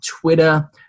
twitter